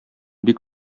бик